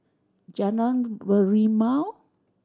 Jalan Merlimau